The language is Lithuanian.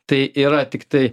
tai yra tiktai